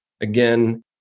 Again